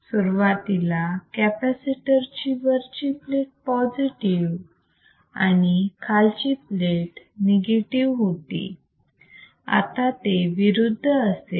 सुरुवातीला कॅपॅसिटर चि वरची प्लेट पॉझिटिव्ह आणि खालची प्लेट निगेटिव्ह होती आता ते विरुद्ध असेल